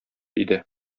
иде